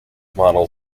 model